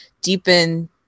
deepen